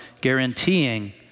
guaranteeing